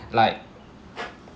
like